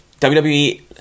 WWE